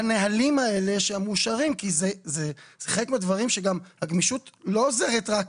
בנהלים האלה שמאושרים כי זה חלק מהדברים שגם הגמישות לא עוזרת רק